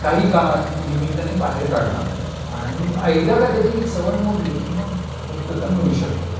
काही का निमित्त्याने बाहेर काढणं आणि एकदा का त्याची ती सवय मोडली की मग मुक्तता मिळू शकते